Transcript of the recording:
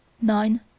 nine